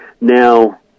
Now